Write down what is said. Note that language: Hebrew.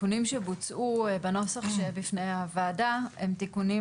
התיקונים שבוצעו בנוסח שבפני הוועדה הם תיקונים